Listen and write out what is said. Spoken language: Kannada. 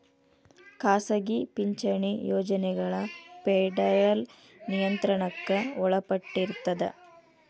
ಖಾಸಗಿ ಪಿಂಚಣಿ ಯೋಜನೆಗಳ ಫೆಡರಲ್ ನಿಯಂತ್ರಣಕ್ಕ ಒಳಪಟ್ಟಿರ್ತದ